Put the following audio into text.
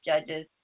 judges